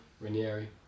Ranieri